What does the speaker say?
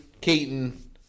Keaton